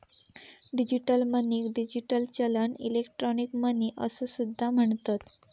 digital मनीक digital चलन, electronic money असो सुद्धा म्हणतत